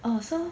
oh so